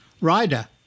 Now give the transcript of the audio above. rider